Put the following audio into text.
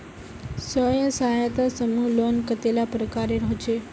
स्वयं सहायता समूह लोन कतेला प्रकारेर होचे?